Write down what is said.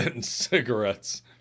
cigarettes